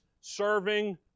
serving